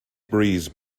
breeze